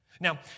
Now